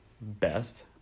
best